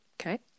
okay